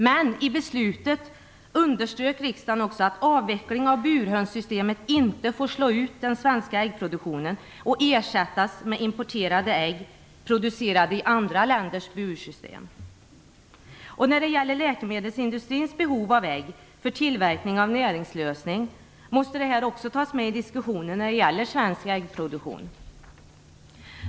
Men i beslutet underströk riksdagen att avvecklingen av burhönssystemet inte får slå ut den svenska äggproduktionen och ersätta den med importerade ägg producerade i andra länders bursystem. Läkemedelsindustrins behov av ägg för tillverkning av näringslösning måste också tas med i diskussionen om svensk äggproduktion.